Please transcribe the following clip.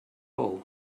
all